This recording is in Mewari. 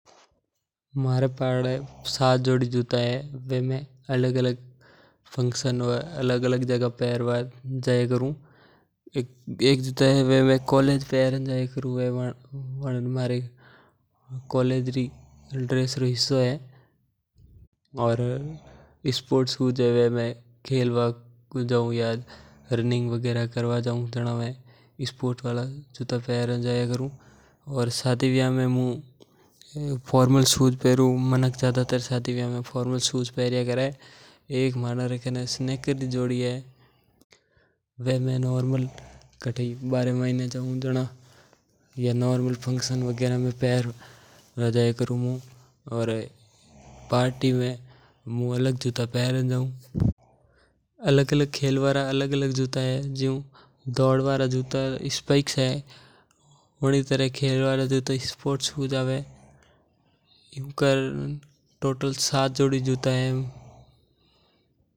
म्हारे कने सात जोड़ि जूता हो राख्या जेका में अलग-अलग दिन रा पर्वा में काम में ल्यूं। म्हारे कॉलेज रा अलग जूता ह आ अणि खेलवा जावां रा अलग आ अणि शादी वियाव रा अलग ह आ पार्टी ता अलग। एक म्हारे खां नै स्नीकर री जोड़ि ह एक फॉर्मल शूज आये अणि प्रकार रा अलग-अलग जूता है।